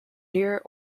near